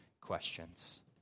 questions